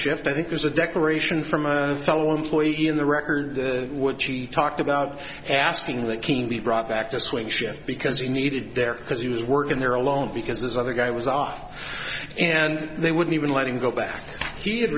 shift i think there's a decoration from a fellow employee in the record would she talked about asking that king be brought back to swing shift because he needed there because he was working there alone because this other guy was off and they wouldn't even let him go back he had